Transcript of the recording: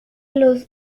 los